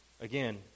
again